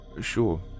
Sure